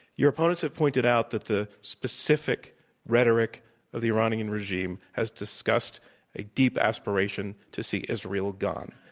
your opponents have pointed out that the specific rhetoric of the iranian regime has discussed a deep aspiration to see israel gone,